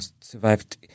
survived